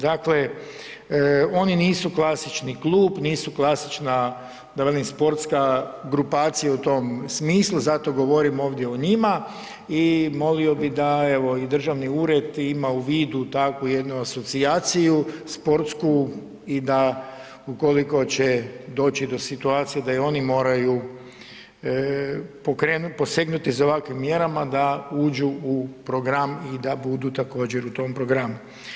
Dakle, oni nisu klasični klub, nisu klasična da velim sportska grupacija u tom smislu, zato govorim ovdje o njima i molio bi da evo i državni ured ima u vidu jednu takvu asocijaciju sportsku i da ukoliko će doći do situacije da i oni moraju pokrenut, posegnuti za ovakvim mjerama da uđu u program i da budu također u tom programu.